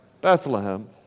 Bethlehem